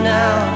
now